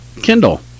kindle